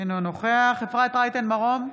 אינו נוכח אפרת רייטן מרום,